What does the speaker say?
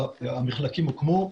המחלקים הוקמו,